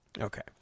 okay